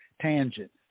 tangent